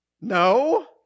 No